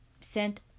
sent